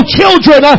children